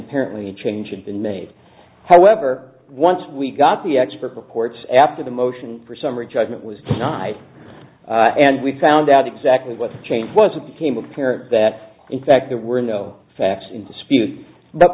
apparently a change had been made however once we got the expert reports after the motion for summary judgment was denied and we found out exactly what the change was it became apparent that in fact there were no facts in dispute but